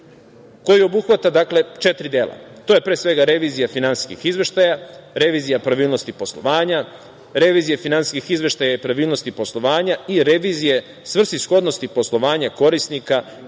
obuhvata četiri dela – revizija finansijskih izveštaja, revizija pravilnosti poslovanja, revizija finansijskih izveštaja i pravilnosti poslovanja i revizija svrsishodnosti poslovanja korisnika